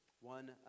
One